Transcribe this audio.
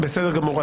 בסדר גמור.